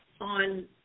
on